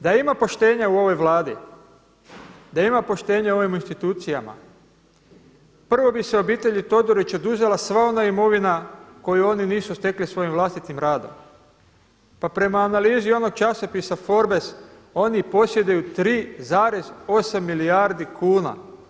Da ima poštenja u ovoj Vladi, da ima poštenja u ovim institucijama prvo bi se obitelji Todorić oduzela sva ona imovina koju oni nisu stekli svojim vlastitim radom, pa prema analizi onog časopisa Forbes oni posjeduju 3,8 milijardi kuna.